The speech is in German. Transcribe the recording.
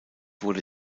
wurde